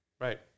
Right